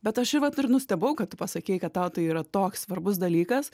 bet aš i vat ir nustebau kad tu pasakei kad tau tai yra toks svarbus dalykas